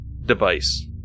Device